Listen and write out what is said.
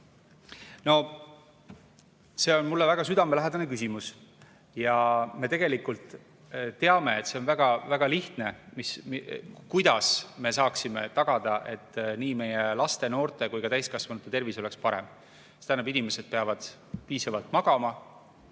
No see on mulle väga südamelähedane küsimus. Me tegelikult teame, et see on väga lihtne, kuidas me saaksime tagada, et nii meie laste, noorte kui ka täiskasvanute tervis oleks parem. See tähendab, et inimesed peavad piisavalt magama,